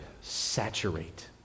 saturate